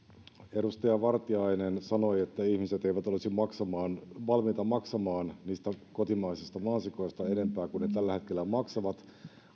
edustaja vartiainen sanoi että ihmiset eivät olisi valmiita maksamaan niistä kotimaisista mansikoista enempää kuin ne tällä hetkellä maksavat